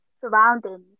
surroundings